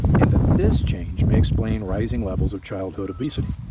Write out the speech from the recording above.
and that this change may explain rising levels of childhood obesity.